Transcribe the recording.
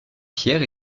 pierre